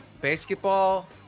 Basketball